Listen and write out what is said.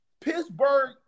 Pittsburgh